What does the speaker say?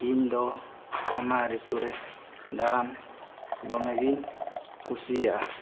ᱤᱧᱫᱚ ᱚᱱᱟ ᱨᱤᱛᱩ ᱨᱮ ᱫᱟᱬᱟᱱ ᱫᱚᱢᱮᱜᱮᱧ ᱠᱩᱥᱤᱭᱟᱜᱼᱟ